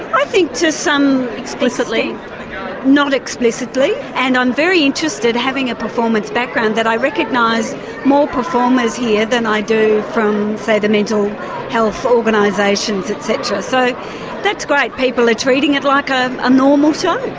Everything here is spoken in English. i think to some. not explicitly, and i'm very interested having a performance background that i recognise more performers here than i do from say the mental health organisations, etc. so that's great. people are treating it like ah a normal show.